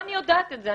אני יודעת את זה,